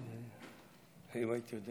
האירוע שהתרחש